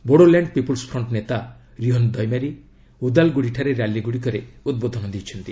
Bodoland People's front ନେତା ରିହନ ଦୈମାରୀ ଉଦାଲଗୁଡ଼ିଠାରେ ର୍ୟାଲିଗୁଡ଼ିକରେ ଉଦ୍ବୋଧନ ଦେଇଛନ୍ତି